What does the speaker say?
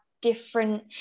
different